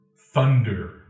thunder